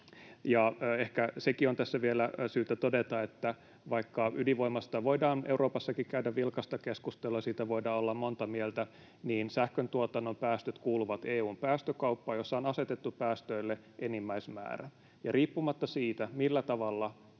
Ehkä sekin on tässä vielä syytä todeta, että vaikka ydinvoimasta voidaan Euroopassakin käydä vilkasta keskustelua ja siitä voidaan olla montaa mieltä, niin sähköntuotannon päästöt kuuluvat EU:n päästökauppaan, jossa on asetettu päästöille enimmäismäärä. Riippumatta siitä, millä tavalla